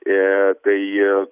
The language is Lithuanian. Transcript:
ir kai